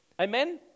Amen